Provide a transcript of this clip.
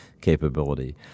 capability